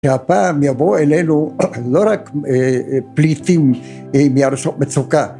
שהפעם יבוא אלינו לא רק פליטים מארצות מצוקה,